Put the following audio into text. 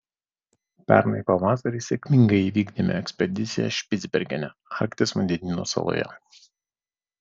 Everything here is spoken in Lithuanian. pernai pavasarį sėkmingai įvykdėme ekspediciją špicbergene arkties vandenyno saloje